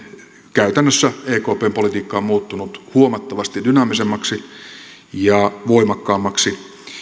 käytännössä ekpn politiikka on muuttunut huomattavasti dynaamisemmaksi ja voimakkaammaksi